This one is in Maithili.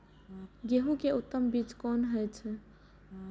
गेंहू के उत्तम बीज कोन होय छे?